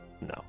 No